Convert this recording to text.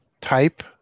type